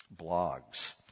blogs